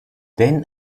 dan